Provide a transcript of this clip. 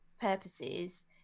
purposes